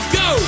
go